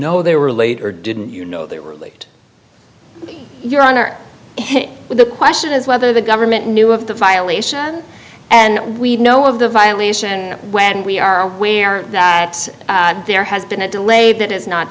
know they were late or didn't you know they were late your honor the question is whether the government knew of the violation and we know of the violation when we are aware that there has been a delay that is not